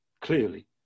clearly